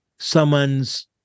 someone's